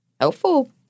helpful